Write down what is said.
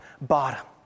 bottom